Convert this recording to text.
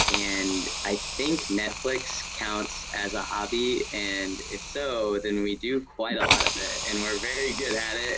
and i think netflix counts as a hobby and if so, then we do quite a lot of it, and we're very good at it.